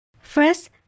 First